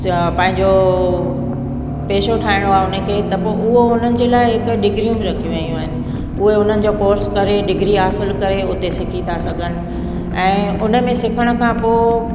या पंहिंजो पेशो ठाहिणो आहे हुन खे त पोइ उहो हुननि जे लाइ हिकु डिग्रियूं बि रखी वयूं आहिनि उहे हुननि जो कोर्स करे डिग्री हासिल करे हुते सिखी था सघनि ऐं उन में सिखण खां पोइ